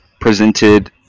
presented